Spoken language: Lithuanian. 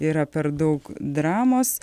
yra per daug dramos